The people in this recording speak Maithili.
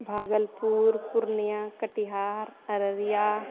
भागलपुर पूर्णियाँ कटिहार अररिया